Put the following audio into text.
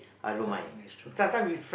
correct that's true ya